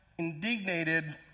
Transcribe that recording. indignated